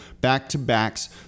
back-to-backs